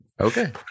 okay